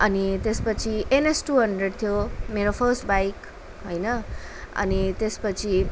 अनि त्यसपछि N S two hundred थियो मेरो फर्स्ट बाइक होइन अनि त्यसपछि